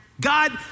God